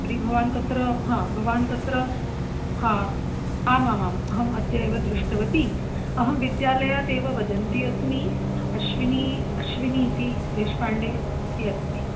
तर्हि भवान् तत्र हा भवान् तत्र हा आमामाम् अहम् अद्य एव दृष्टवती अहं विद्यालयादेव वदन्ती अस्मि अश्विनी अश्विनी इति देश्पाण्डे इति अस्मि